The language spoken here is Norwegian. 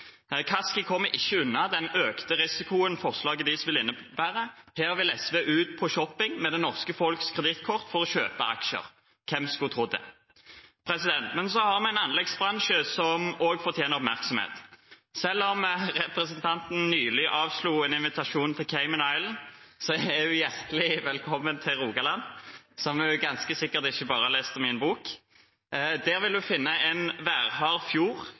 Kaski kommer ikke unna den økte risikoen forslaget hennes vil innebære. Her vil SV ut på shopping med det norske folks kredittkort for å kjøpe aksjer. Hvem skulle trodd det? Men vi har en anleggsbransje, som også fortjener oppmerksomhet. Selv om representanten nylig avslo en invitasjon til Cayman Island, er hun hjertelig velkommen til Rogaland, som hun ganske sikkert ikke bare har lest om i en bok. Der vil hun finne en værhard